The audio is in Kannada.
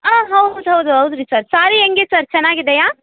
ಹಾಂ ಹೌದು ಹೌದು ಹೌದು ರೀ ಸರ್ ಸಾರಿ ಹೇಗೆ ಸರ್ ಚೆನ್ನಾಗಿದೆಯಾ